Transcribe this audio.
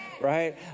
right